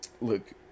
Look